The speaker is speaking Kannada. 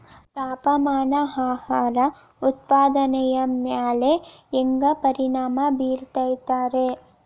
ತಾಪಮಾನ ಆಹಾರ ಉತ್ಪಾದನೆಯ ಮ್ಯಾಲೆ ಹ್ಯಾಂಗ ಪರಿಣಾಮ ಬೇರುತೈತ ರೇ?